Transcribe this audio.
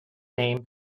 name